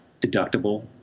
deductible